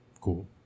Cool